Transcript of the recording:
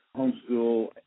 homeschool